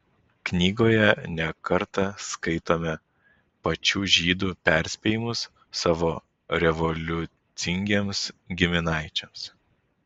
knygoje ne kartą skaitome pačių žydų perspėjimus savo revoliucingiems giminaičiams